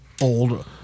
old